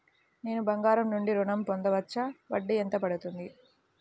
నేను బంగారం నుండి ఋణం పొందవచ్చా? వడ్డీ ఎంత పడుతుంది?